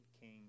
king